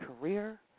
career